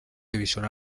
división